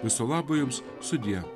viso labo jums sudie